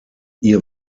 ihr